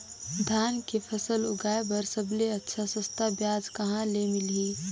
धान के फसल उगाई बार सबले अच्छा सस्ता ब्याज कहा ले मिलही?